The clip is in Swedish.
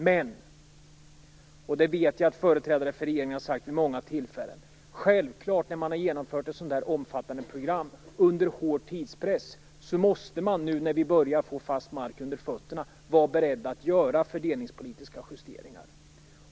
Men - och det vet jag att företrädare för regeringen har sagt vid många tillfällen - när man har genomfört ett så omfattande program under hård tidspress måste man, nu när vi börjar få fast mark under fötterna, vara beredda att göra fördelningspolitiska justeringar.